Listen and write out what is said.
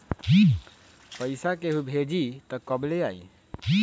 पैसा केहु भेजी त कब ले आई?